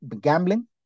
gambling